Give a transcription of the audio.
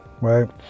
right